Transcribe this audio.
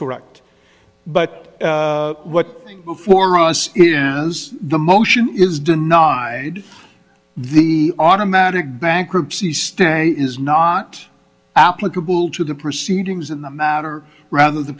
correct but what before us is the motion is denied the automatic bankruptcy stay is not applicable to the proceedings in the matter rather the